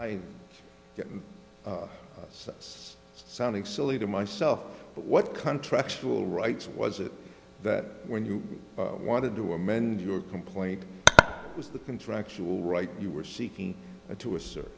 it's sounding silly to myself but what country actual rights was it that when you wanted to amend your complaint was the contractual right you were seeking to assert